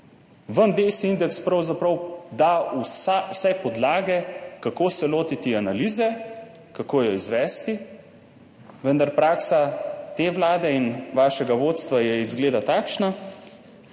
DESI indeks pravzaprav da vse podlage, kako se lotiti analize, kako jo izvesti, vendar praksa te vlade in vašega vodstva je izgleda takšna,